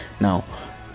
Now